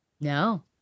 No